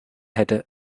hätte